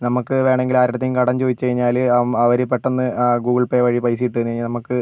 നമുക്ക് വേണമെങ്കിൽ ആരെടുത്തെങ്കിലും കടം ചോദിച്ചുകഴിഞ്ഞാൽ അവർ പെട്ടെന്ന് ഗൂഗിൾ പേ വഴി പൈസ ഇട്ടുതന്നുകഴിഞ്ഞാൽ നമുക്ക്